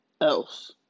else